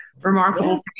Remarkable